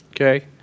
Okay